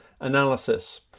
analysis